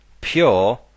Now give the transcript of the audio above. pure